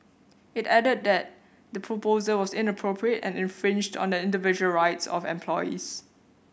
it added that the proposal was inappropriate and infringed on the individual rights of employees